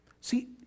See